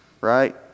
right